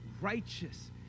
righteous